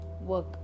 work